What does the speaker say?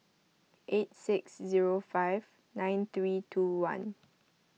eight six zero five nine three two one